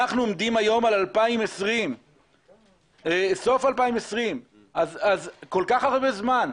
אנחנו עומדים היום על סוף 2020. כל כך הרבה זמן.